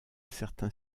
certain